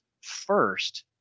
first